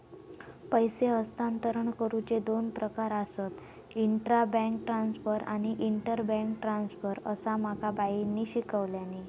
पैसे हस्तांतरण करुचे दोन प्रकार आसत, इंट्रा बैंक ट्रांसफर आणि इंटर बैंक ट्रांसफर, असा माका बाईंनी शिकवल्यानी